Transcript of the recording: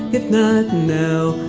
if not now,